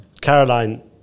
Caroline